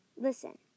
Listen